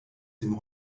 dem